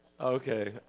Okay